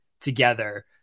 together